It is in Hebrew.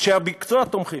אנשי המקצוע תומכים.